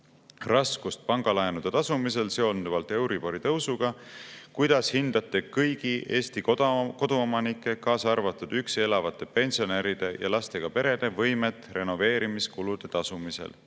raskust pangalaenude tasumisel seonduvalt euribori tõusuga, kuidas hindate kõigi Eesti koduomanike, kaasa arvatud üksi elavate pensionäride ja lastega perede võimet renoveerimiskulusid tasuda?